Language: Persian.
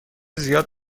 زیاد